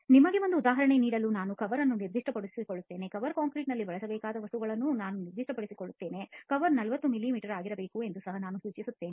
ನಿಮಗೆ ಒಂದು ಉದಾಹರಣೆ ನೀಡಲು ನಾನು ಕವರ್ ಅನ್ನು ನಿರ್ದಿಷ್ಟಪಡಿಸುತ್ತಿದ್ದೇನೆ ಕವರ್ ಕಾಂಕ್ರೀಟ್ನಲ್ಲಿ ಬಳಸಬೇಕಾದ ವಸ್ತುಗಳನ್ನು ನಾನು ನಿರ್ದಿಷ್ಟಪಡಿಸುತ್ತಿದ್ದೇನೆ ಕವರ್ 40 ಮಿಲಿಮೀಟರ್ ಆಗಿರಬೇಕು ಎಂದು ಸಹ ನಾನು ಸೂಚಿಸುತ್ತಿದ್ದೇನೆ